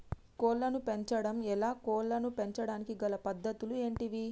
కోళ్లను పెంచడం ఎలా, కోళ్లను పెంచడానికి గల పద్ధతులు ఏంటివి?